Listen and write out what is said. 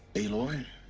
aloy?